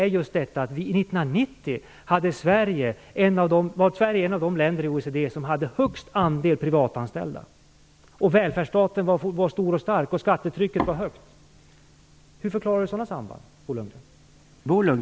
1990 var Sverige ett av de länder i OECD som hade högst andel privatanställda. Välfärdsstaten var stor och stark, och skattetrycket var högt. Hur förklarar Bo Lundgren sådana samband?